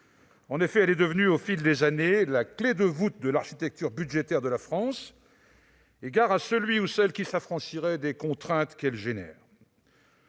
En effet, elle est devenue au fil des années la clé de voûte de l'architecture budgétaire de la France, et gare à celui ou celle qui s'affranchirait des contraintes qu'elle engendre.